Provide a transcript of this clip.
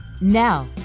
Now